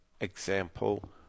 example